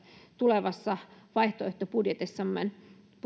tulevassa vaihtoehtobudjetissamme